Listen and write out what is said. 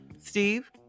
Steve